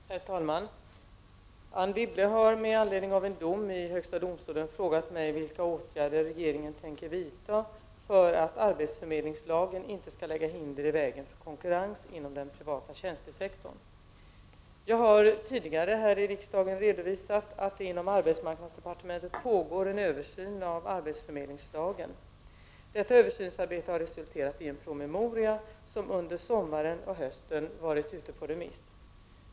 Herr talman! Anne Wibble har med anledning av en dom i högsta domstolen frågat mig vilka åtgärder regeringen tänker vidta för att arbetsförmedlingslagen inte skall lägga hinder i vägen för konkurrens inom den privata tjänstesektorn. Jag har tidigare här i riksdagen redovisat att det inom arbetsmarknadsdepartementet pågår en översyn av arbetsförmedlingslagen . Detta översynsarbete har resulterat i en promemoria , som under sommaren och hösten varit ute på remiss.